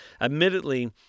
Admittedly